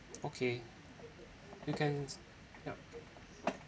okay you can yup